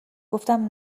گفتم